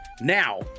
now